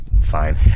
fine